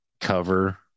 cover